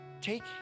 Take